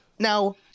Now